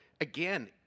again